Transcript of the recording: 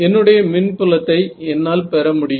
என்னுடைய மின் புலத்தை என்னால் பெற முடியும்